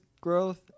growth